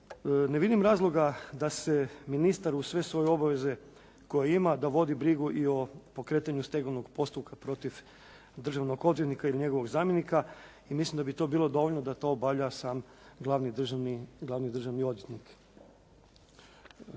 ne vidim razloga da se ministar uz sve svoje obveze koje ima, da vodi brigu i o pokretanju stegovnog postupka protiv državnog odvjetnika ili njegovog zamjenika i mislim da bi to bilo dovoljno da to obavlja sam glavni državni odvjetnik.